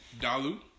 Dalu